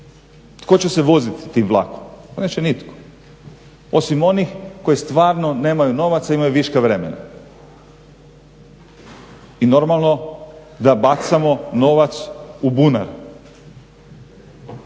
Tko će se voziti tim vlakom? Pa neće nitko osim onih koji stvarno nemaju novaca imaju viška vremena. i normalno da bacamo novac u bunar.